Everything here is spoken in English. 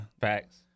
Facts